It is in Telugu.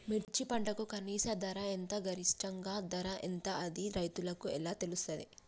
మిర్చి పంటకు కనీస ధర ఎంత గరిష్టంగా ధర ఎంత అది రైతులకు ఎలా తెలుస్తది?